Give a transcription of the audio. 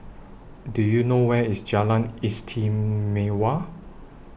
Do YOU know Where IS Jalan Istimewa